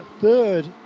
third